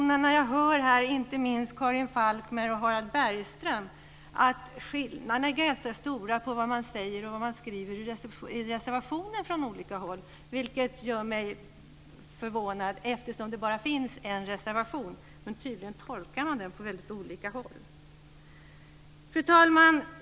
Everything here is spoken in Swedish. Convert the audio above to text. När jag hör här inte minst Karin Falkmer och Harald Bergström vill jag också betona att skillnaderna är ganska stora mellan vad man säger och vad man skriver i reservationen från olika håll. Det gör mig förvånad eftersom det bara finns en reservation, men tydligen tolkar man den väldigt olika på olika håll. Fru talman!